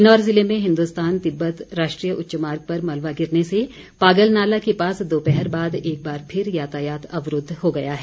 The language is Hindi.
किन्नौर ज़िले में हिन्दुस्तान तिब्बत राष्ट्रीय उच्च मार्ग पर मलबा गिरने से पागलनाला के पास दोपहर बाद एक बार फिर यातायात अवरूद्ध हो गया है